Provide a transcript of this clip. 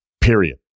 Period